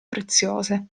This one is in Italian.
preziose